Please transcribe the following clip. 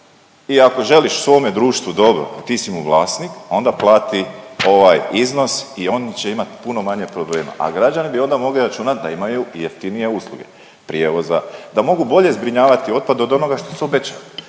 i ako želiš svome društvu dobro, ti si mu vlasnik, onda plati ovaj iznos i oni će imat puno manje problema, a građani bi onda mogli računat da imaju i jeftinije usluge prijevoza, da mogu bolje zbrinjavati otpad od onoga što su obećali,